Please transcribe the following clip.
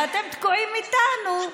ואתם תקועים איתנו.